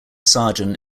sergeant